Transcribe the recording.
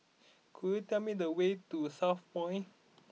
could you tell me the way to Southpoint